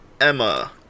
Emma